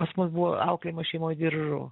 pas mus buvo auklėjama šeimoj diržu